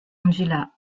angela